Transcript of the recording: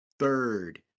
third